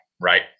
Right